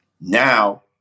now